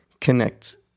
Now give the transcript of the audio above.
connect